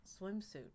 swimsuit